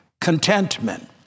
Contentment